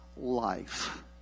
life